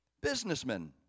businessmen